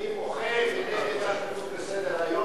אני מוחה נגד הכתוב בסדר-היום.